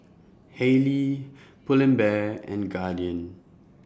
Haylee Pull and Bear and Guardian